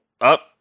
up